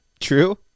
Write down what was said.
True